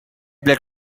blood